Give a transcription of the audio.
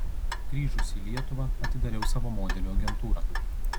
grįžusi į lietuvą atidariau savo modelių agentūrą